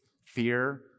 fear